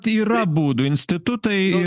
tai yra būdų institutai